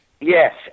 Yes